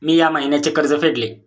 मी या महिन्याचे कर्ज फेडले